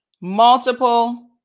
multiple